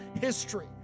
history